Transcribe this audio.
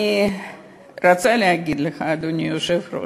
אני רוצה להגיד לך, אדוני היושב-ראש,